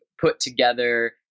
put-together